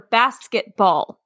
basketball